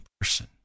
person